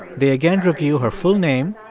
they again review her full name,